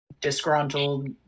disgruntled